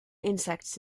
insects